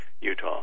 utah